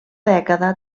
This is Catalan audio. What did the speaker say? dècada